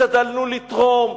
השתדלנו לתרום,